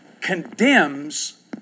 condemns